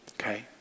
okay